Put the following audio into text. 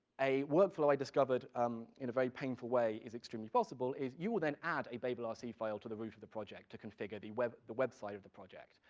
a workflow i discovered um in a very painful way, is extremely possible, is you will then add a babelrc file to the root of the project to configure the web the web side of the project.